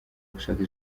gushaka